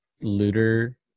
looter